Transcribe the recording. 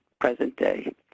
Present-day